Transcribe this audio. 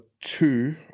two